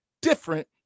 different